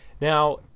Now